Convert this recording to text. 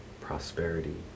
prosperity